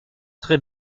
très